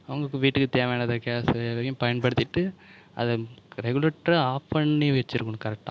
அவங்களுக்கு வீட்டுக்கு தேவையானதை கேஸையும் பயன்படுத்திகிட்டு அதை ரெகுலேட்டரை ஆஃப் பண்ணி வச்சுருக்கணும் கரெக்டாக